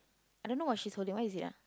I don't know what she's holding what is it ah